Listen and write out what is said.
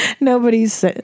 nobody's